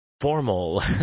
Formal